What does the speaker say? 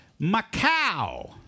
Macau